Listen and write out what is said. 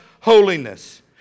holiness